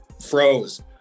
froze